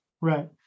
Right